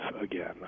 again